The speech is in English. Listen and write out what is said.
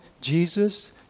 Jesus